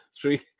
three